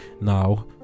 now